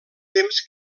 temps